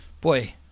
boy